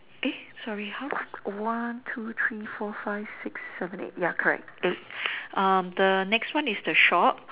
eh sorry how come one two three four five six seven eight ya correct eight um the next one is the shop